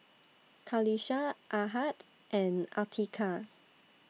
Qalisha Ahad and Atiqah